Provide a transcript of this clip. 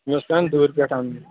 مےٚ اوس پیوان دوٗرِ پٮ۪ٹھ انُن یہِ